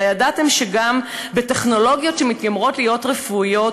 אבל ידעתם שגם בטכנולוגיות שמתיימרות להיות רפואיות,